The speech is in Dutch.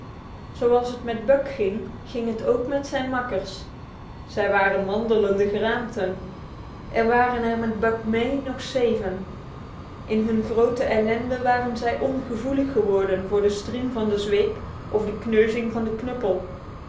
zoals het met buck ging ging het ook met zijn makkers zij waren wandelende geraamten er waren er met buck mee nog zeven in hun grote ellende waren zij ongevoelig geworden voor de striem van de zweep of de kneuzing van de knuppel